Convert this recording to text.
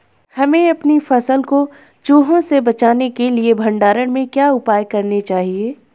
हमें अपनी फसल को चूहों से बचाने के लिए भंडारण में क्या उपाय करने चाहिए?